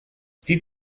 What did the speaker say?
sie